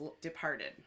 departed